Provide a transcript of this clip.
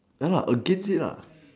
ya against it